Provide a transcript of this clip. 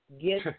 Get